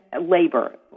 labor